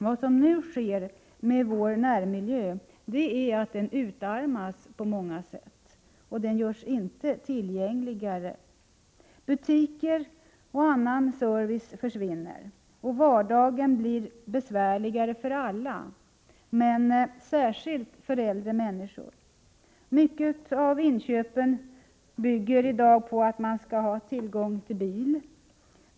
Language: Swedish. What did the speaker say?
Vad som nu sker med vår närmiljö är att den utarmas på många sätt, den görs inte mer tillgänglig. Butiker och annan service försvinner. Vardagen blir besvärligare för alla, men särskilt för äldre människor. Mycket av inköpen bygger i dag på att man skall ha tillgång till bil.